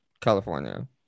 California